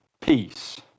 peace